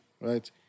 right